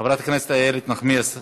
חברת הכנסת איילת נחמיאס ורבין,